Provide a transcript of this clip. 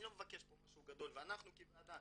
אני לא מבקש פה משהו גדול ואנחנו כוועדה,